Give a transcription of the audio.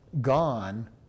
gone